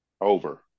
over